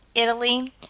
italy,